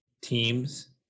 teams